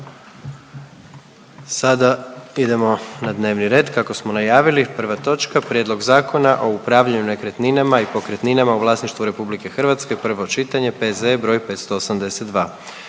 Sada idemo na dnevni red kako smo najavili, prva točka: -Prijedlog Zakona o upravljanju nekretninama i pokretninama u vlasništvu Republike Hrvatske, prvo čitanje, P.Z.E. br. 582.